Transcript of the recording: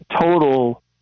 total